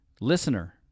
listener